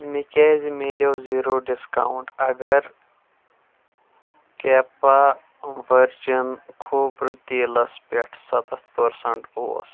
مےٚ کیٛازِ مِلیٚو زیٖرو ڈسکَاونٛٹ اگر کیپوا ؤرجِن کھوٗپرٕ تیٖلس پٮ۪ٹھ ستتھ پٔرسنٹ اوس